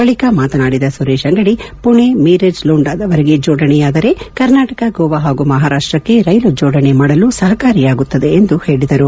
ಬಳಿಕ ಮಾತನಾಡಿದ ಸುರೇಶ್ ಅಂಗಡಿ ಪುಣೆ ಮೀರಜ್ ಲೋಂಡಾದವರೆಗೆ ಜೋಡಣೆಯಾದರೆ ಕರ್ನಾಟಕ ಗೋವಾ ಹಾಗೂ ಮಹಾರಾಷ್ಟಕ್ಕೆ ರೈಲು ಜೋಡಣೆ ಮಾಡಲು ಸಹಕಾರಿಯಾಗುತ್ತದೆ ಎಂದು ಹೇಳಿದರು